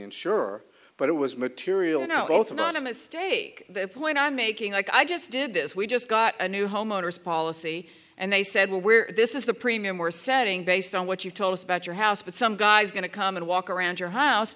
insurer but it was material know both anonymous take the point i'm making like i just did this we just got a new homeowners policy and they said well we're this is the premium we're setting based on what you told us about your house but some guy's going to come and walk around your house